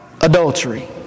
adultery